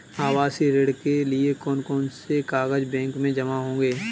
आवासीय ऋण के लिए कौन कौन से कागज बैंक में जमा होंगे?